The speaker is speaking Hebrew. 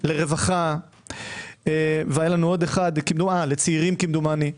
לרווחה והיה לנו עוד אחד לצעירים כמדומני.